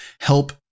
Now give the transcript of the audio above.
help